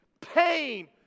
pain